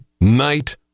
Night